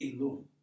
alone